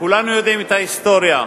וכולנו יודעים את ההיסטוריה,